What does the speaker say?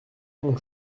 mon